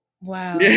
Wow